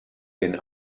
den